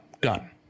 Done